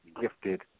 gifted